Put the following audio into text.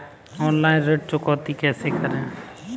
Online ऋण चुकौती कैसे करें?